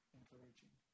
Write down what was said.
encouraging